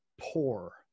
poor